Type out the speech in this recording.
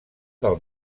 del